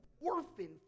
orphan